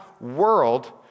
world